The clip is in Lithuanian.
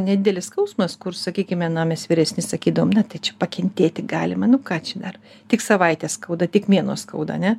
nedidelis skausmas kur sakykime na mes vyresni sakydavom na tai čia pakentėti galime nu ką čia dar tik savaitę skauda tik mėnuo skauda ane